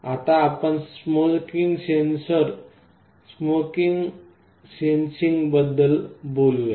आता आपण स्मोकिंग सेन्सिंगबद्दल बोलूया